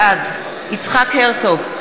בעד יצחק הרצוג,